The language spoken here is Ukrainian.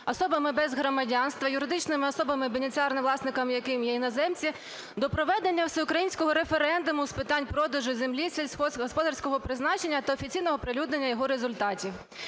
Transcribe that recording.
особами без громадянства, юридичними особами, бенефіціарним власником яким є іноземці, до проведення всеукраїнського референдуму з питань продажу землі сільськогосподарського призначення та офіційного оприлюднення його результатів.